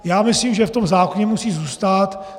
Já myslím, že v tom zákoně musí zůstat.